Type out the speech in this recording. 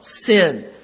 sin